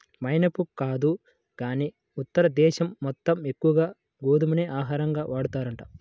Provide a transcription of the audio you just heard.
మనైపు కాదు గానీ ఉత్తర దేశం మొత్తం ఎక్కువగా గోధుమనే ఆహారంగా వాడతారంట